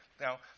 Now